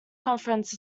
conference